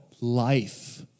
life